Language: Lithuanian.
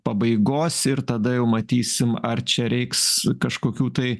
pabaigos ir tada jau matysim ar čia reiks kažkokių tai